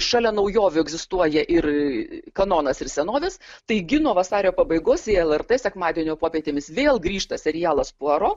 šalia naujovių egzistuoja ir kanonas ir senovės taigi nuo vasario pabaigos į lrt sekmadienio popietėmis vėl grįžta serialas puaro